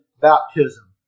baptism